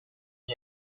方面